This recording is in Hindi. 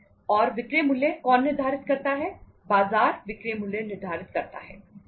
और विक्रय मूल्य कौन निर्धारित करता है बाजार विक्रय मूल्य निर्धारित करता है